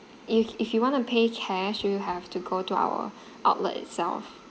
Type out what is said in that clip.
if if you want to pay cash you have to go to our outlet itself